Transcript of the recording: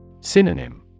Synonym